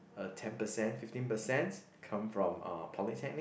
uh ten percent fifteen percents come from uh polytechnic